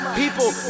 people